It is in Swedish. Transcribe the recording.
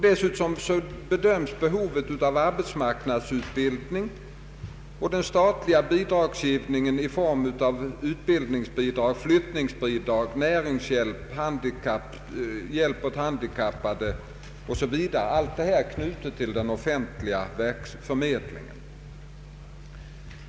Dessutom bedöms behovet av arbetsmarknadsutbildning och statlig bidragsgivning i form av utbildningsbidrag, flyttningsbidrag, näringshjälp, hjälp åt handikappade osv., allt detta knutet till den offentliga förmedlingen.